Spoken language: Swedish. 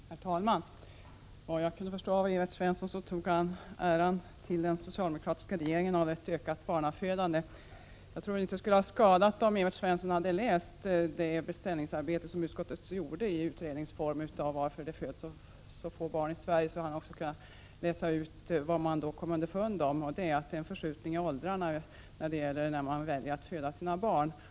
Herr talman! Vad jag kunde förstå gav Evert Svensson den socialdemokratiska regeringen äran av ett ökat barnafödande. Jag tror inte att det skulle ha skadat om Evert Svensson hade läst det beställningsarbete i utredningsform som utskottet begärde om orsakerna till att det föds så få barn i Sverige. Då hade han också kunnat utläsa vad man kom underfund med, nämligen att det är en förskjutning i åldrarna i fråga om när man väljer att föda sina barn.